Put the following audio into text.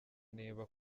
niba